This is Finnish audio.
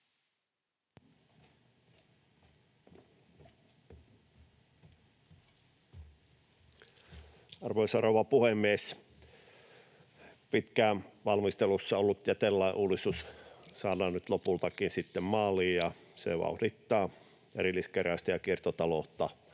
Arvoisa rouva puhemies! Pitkään valmistelussa ollut jätelain uudistus saadaan nyt lopultakin sitten maaliin, ja se vauhdittaa erilliskeräystä ja kiertotaloutta